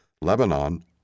Lebanon